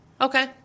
Okay